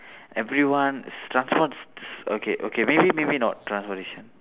everyone transport okay okay maybe maybe not transportation